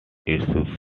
issues